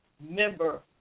member